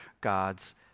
God's